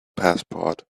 passport